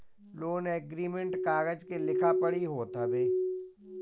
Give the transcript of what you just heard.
loan agreement कागज के लिखा पढ़ी होत हवे